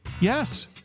Yes